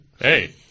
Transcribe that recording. Hey